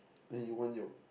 then you want your